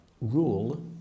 rule